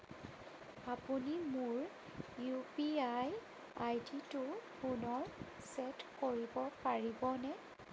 আপুনি মোৰ ইউপিআই আইডিটো পুনৰ চেট কৰিব পাৰিবনে